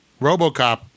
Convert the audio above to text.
*RoboCop*